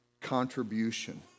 contribution